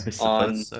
on